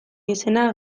izena